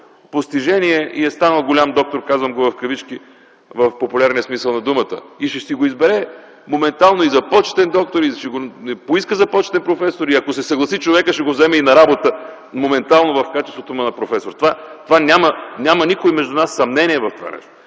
постижение и е станал голям доктор – казвам го в кавички, тоест в популярния смисъл на думата – и ще си го избере моментално и за почетен доктор и ще го поиска за почетен професор. Ако се съгласи човекът, ще го вземе моментално на работа в качеството му на професор. Никой между нас няма съмнение в това.